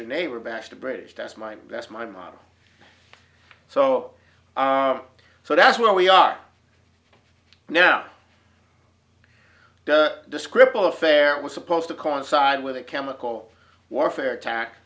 your neighbor bash the british that's my that's my motto so so that's where we are now the descriptive affair was supposed to coincide with a chemical warfare attack